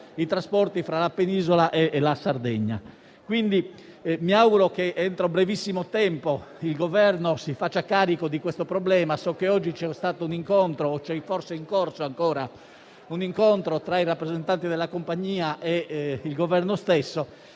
i trasporti fra la Penisola e la Sardegna. Mi auguro che entro brevissimo tempo il Governo si faccia carico di questo problema. So che oggi c'è stato un incontro - o forse è ancora in corso - tra i rappresentanti della compagnia e il Governo stesso.